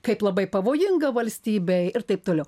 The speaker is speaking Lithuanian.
kaip labai pavojinga valstybei ir taip toliau